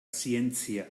zientzia